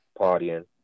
partying